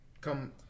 come